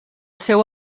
seu